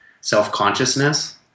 self-consciousness